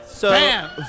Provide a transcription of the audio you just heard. Bam